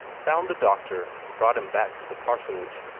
found the doctor and brought him back to the parsonage.